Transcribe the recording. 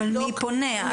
אבל מי פונה,